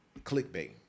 Clickbait